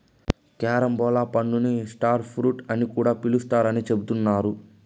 carambola పండుని star fruit అని కూడా పిలుత్తారని చెబుతున్నారు